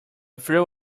threw